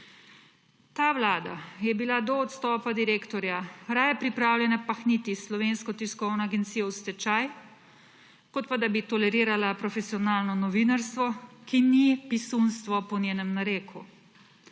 Ta Vlada je bila do odstopa direktorja raje pripravljena pahniti Slovensko tiskovno agencijo v stečaj kot pa, da bi tolerirala profesionalno novinarstvo, ki ni pisunstvo po njenem nareku.